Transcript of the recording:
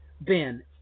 Ben